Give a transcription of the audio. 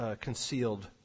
concealed